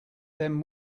then